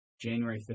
January